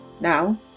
now